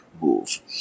move